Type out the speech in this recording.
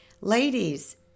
Ladies